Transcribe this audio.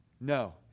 No